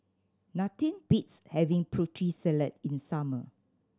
nothing beats having Putri Salad in summer